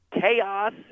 chaos